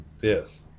Yes